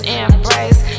embrace